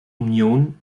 union